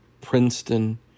Princeton